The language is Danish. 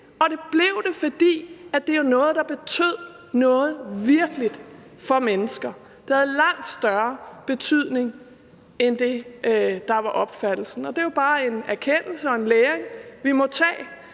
og det blev det, fordi det var noget, der betød noget virkeligt for mennesker. Det havde langt større betydning end det, der var opfattelsen herinde. Det er jo bare en erkendelse og en læring, vi må tage,